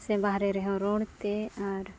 ᱥᱮ ᱵᱟᱦᱨᱮ ᱨᱮᱦᱚᱸ ᱨᱚᱲ ᱛᱮ ᱟᱨ